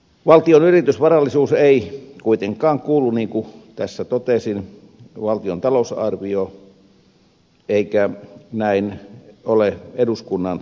valtion yritysvarallisuus ei kuitenkaan kuulu niin kuin tässä totesin valtion talousarvioon eikä näin ole eduskunnan käsiteltävissä